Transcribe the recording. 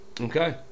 Okay